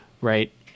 right